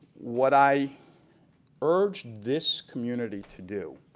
what i urge this community to do,